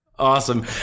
Awesome